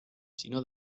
sinó